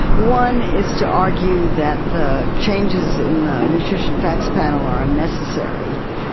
one is to argue that the changes in the nutrition facts panel are unnecessary.